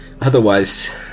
otherwise